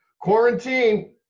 quarantine